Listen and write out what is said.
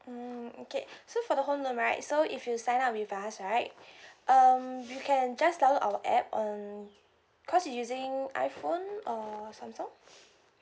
mm okay so for the home loan right so if you sign up with us right um you can just download our app on cause you using iphone or samsung